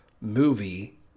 movie